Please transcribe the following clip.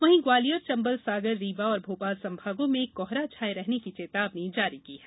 वहीं ग्वालियर चंबल सागर रीवा और भोपाल संभागों में कोहरा छाये रहने की चेतावनी जारी की है